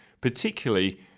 particularly